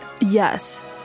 Yes